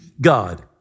God